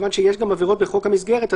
מכיוון שיש גם עבירות בחוק המסגרת,